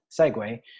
segue